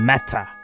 Matter